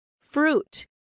Fruit